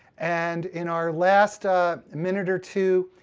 and in our last ah minute or two,